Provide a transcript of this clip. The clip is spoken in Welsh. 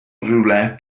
rhywle